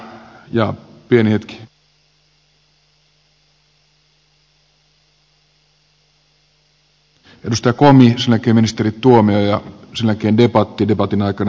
edustaja komi sen jälkeen ministeri tuomioja sen jälkeen debatti ja debatin aikana ministeri hautala